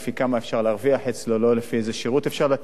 אפשר להרוויח אצלו ולא לפי איזה שירות אפשר לתת לו,